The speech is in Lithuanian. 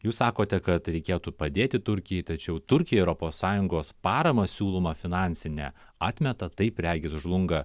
jūs sakote kad reikėtų padėti turkijai tačiau turkija europos sąjungos paramą siūlomą finansinę atmeta taip regis žlunga